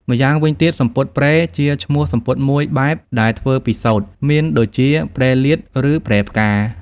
ម្យ៉ាងវិញទៀតសំពត់ «ព្រែ» ជាឈ្មោះសំពត់មួយបែបដែលធ្វើពីសូត្រ មានដូចជាព្រែលាត ឬព្រែផ្កា។